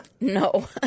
No